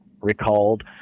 recalled